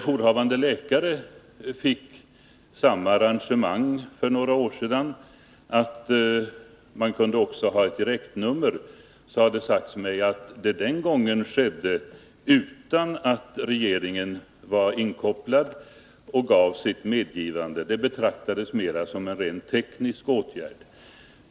Jourhavande läkare fick för några år sedan samma arrangemang med direktnummer, och det har sagts mig att det den gången skedde utan att regeringen var inkopplad och gav sitt medgivande. Det betraktades som en rent teknisk åtgärd.